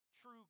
true